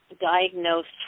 diagnosed